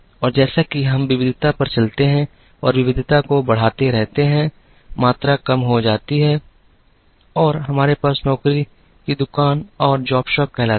और जैसा कि हम विविधता पर चलते हैं और विविधता को बढ़ाते रहते हैं मात्रा कम हो जाती है और हमारे पास नौकरी की दुकान कहलाती है